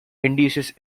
induces